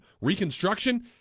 reconstruction